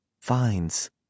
finds